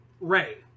ray